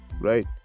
right